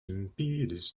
impetus